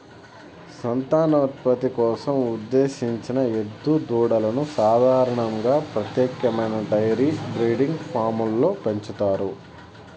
సంతానోత్పత్తి కోసం ఉద్దేశించిన ఎద్దు దూడలను సాధారణంగా ప్రత్యేకమైన డెయిరీ బ్రీడింగ్ ఫామ్లలో పెంచుతారు